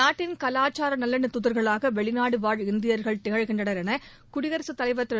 நாட்டின் கலாச்சார நல்லெண்ண தூதர்களாக வெளிநாடு வாழ் இந்தியர்கள் திகழ்கின்றனர் என குடியரசுத் தலைவர் திரு